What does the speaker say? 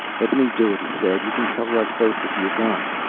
let me do it, he said. you can cover us both with your gun.